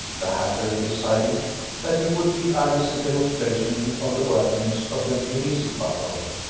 the hatter decided that he would give alice a demonstration of the workings of the municipaphone.